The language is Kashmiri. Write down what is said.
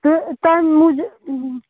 تہٕ تَمہِ موٗجوٗب